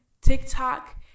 TikTok